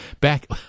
back